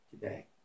today